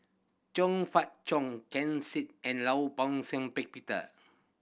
Zhong Fah Cheong Ken Seet and Law Shau Ping Peter